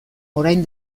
orain